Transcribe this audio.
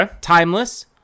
timeless